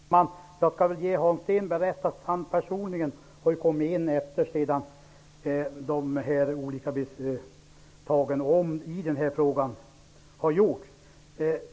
Herr talman! Jag skall ge Hans Stenberg rätt i att han personligen har kommit in i riksdagen efter det att omvändningen i denna fråga ägde rum.